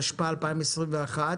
התשפ"א-2021.